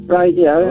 radio